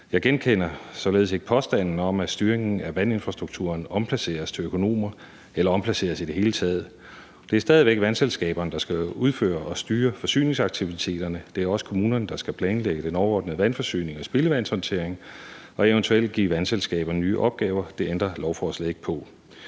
Jeg genkender således ikke påstanden om, at styringen af vandinfrastrukturen omplaceres til økonomer eller i det hele taget omplaceres. Det er stadig væk vandselskaberne, der skal udføre og styre forsyningsaktiviteterne. Det er også kommunerne, der skal planlægge den overordnede vandforsyning og spildevandshåndtering og eventuelt give vandselskaberne nye opgaver. Det ændrer lovforslaget ikke på.